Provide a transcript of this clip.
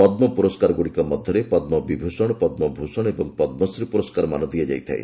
ପଦ୍ମ ପୁରସ୍କାର ଗୁଡ଼ିକ ମଧ୍ୟରେ ପଦ୍ମ ବିଭୂଷଣ ପଦ୍ମ ଭୂଷଣ ଓ ପଦ୍ମଶ୍ରୀ ପୁରସ୍କାରମାନ ଦିଆଯାଇଥାଏ